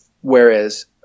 whereas